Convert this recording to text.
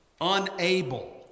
Unable